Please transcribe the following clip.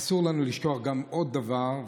אסור לנו לשכוח עוד דבר,